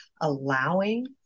allowing